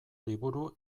liburu